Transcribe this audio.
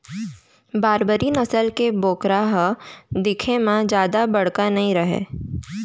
बारबरी नसल के बोकरा ह दिखे म जादा बड़का नइ रहय